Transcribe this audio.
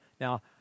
Now